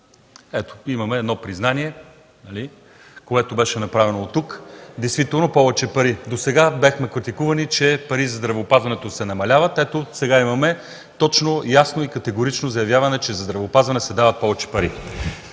Ето, имаме признание, което беше направено тук. Досега бяхме критикувани, че парите за здравеопазване се намаляват. Ето, сега имаме точно, ясно и категорично заявяване, че за здравеопазване сe дават повече пари.